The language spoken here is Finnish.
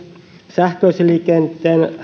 sähköisen liikenteen